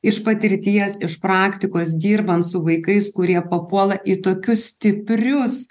iš patirties iš praktikos dirbant su vaikais kurie papuola į tokius stiprius